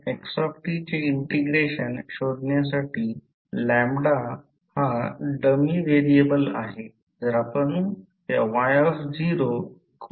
तर magnetising force किंवा कधीकधी m m f म्हणतात म्हणजे करा Fm N I ampere turn जर I अँपिअर आहे आणि N टर्न आहे तर ते युनिटी अँपिअर टर्न असेल